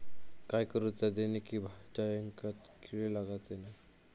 काय करूचा जेणेकी भाजायेंका किडे लागाचे नाय?